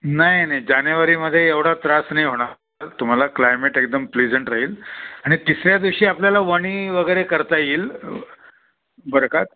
नाही नाही जानेवारीमध्ये एवढा त्रास नाही होणार तुम्हाला क्लायमेट एकदम प्लेझंट राहील आणि तिसऱ्या दिवशी आपल्याला वणी वगैरे करता येईल बर का